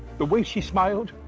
the way she smiled,